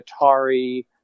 atari